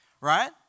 right